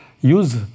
use